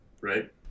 right